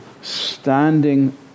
standing